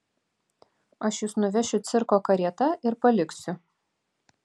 aš jus nuvešiu cirko karieta ir paliksiu